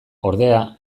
ordea